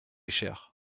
cher